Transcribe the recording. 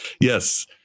Yes